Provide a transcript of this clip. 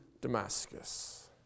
Damascus